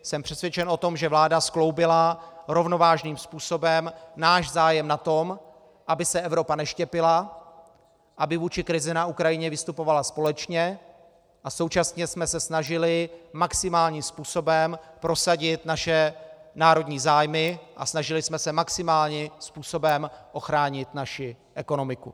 Jsem přesvědčen o tom, že vláda skloubila rovnovážným způsobem náš zájem na tom, aby se Evropa neštěpila, aby vůči krizi na Ukrajině vystupovala společně, a současně jsme se snažili maximálním způsobem prosadit naše národní zájmy a snažili jsme se maximálním způsobem ochránit naši ekonomiku.